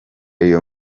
real